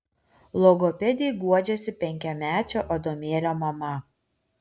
logopedei guodžiasi penkiamečio adomėlio mama